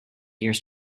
years